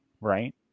Right